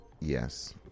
Yes